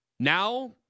Now